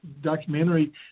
documentary